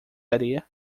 areia